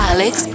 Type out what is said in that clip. Alex